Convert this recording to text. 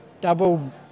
Double